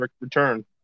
return